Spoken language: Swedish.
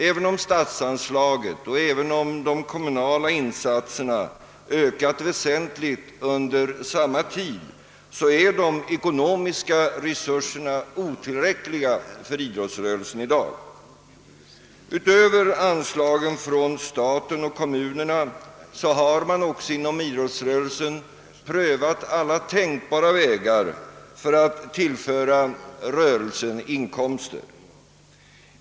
Även om statsanslaget och de kommunala insatserna ökat väsentligt under samma tid, är de ekonomiska resurserna otillräckliga för idrottsrörelsen i dag. Utöver anslagen från staten och kommunerna har man också inom idrottsrörelsen prövat alla tänkbara vägar för att tillföra rörelsen inkomster.